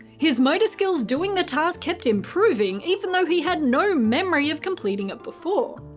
his motor skills doing the task kept improving, even though he had no memory of completing it before.